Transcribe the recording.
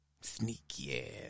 Sneaky